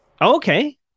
Okay